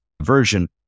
version